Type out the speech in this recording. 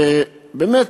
באמת,